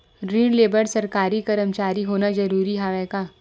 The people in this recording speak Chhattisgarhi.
ऋण ले बर सरकारी कर्मचारी होना जरूरी हवय का?